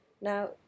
Now